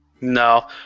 No